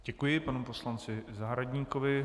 Děkuji panu poslanci Zahradníkovi.